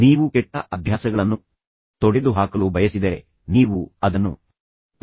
ನೀವು ಕೆಟ್ಟ ಅಭ್ಯಾಸಗಳನ್ನು ತೊಡೆದುಹಾಕಲು ಬಯಸಿದರೆ ನೀವು ಅದನ್ನು ಪ್ರಾರಂಭಿಸಿದ ರೀತಿಯನ್ನು ನಿಲ್ಲಿಸಬಹುದು ಎಂದು ನಾನು ಸಲಹೆ ನೀಡಿದ್ದೇನೆ